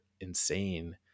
insane